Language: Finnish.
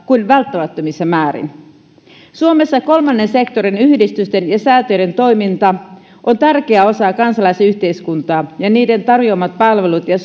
kuin välttämättömissä määrin suomessa kolmannen sektorin yhdistysten ja säätiöiden toiminta on tärkeä osa kansalaisyhteiskuntaa ja niiden tarjoamat palvelut ja